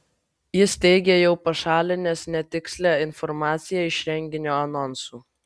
jis teigė jau pašalinęs netikslią informaciją iš renginio anonsų